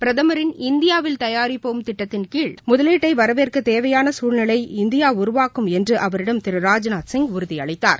பிரதமரின் இந்தியாவில் தயாரிப்போம் கொள்கையின் கீழ் முதலீட்டை வரவேற்க தேவையான சூழ்நிலையை இந்தியா உருவாக்கும் என்று அவரிடம் திரு ராஜ்நாத் சிங் உறுதியளித்தார்